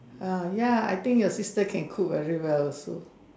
ah ya I think your sister can cook very well also